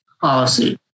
policy